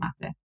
matter